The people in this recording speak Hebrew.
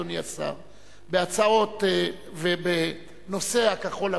אדוני השר בהצעות בנושא ציון יום כחול-לבן,